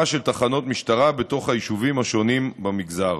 של תחנות משטרה בתוך היישובים השונים במגזר.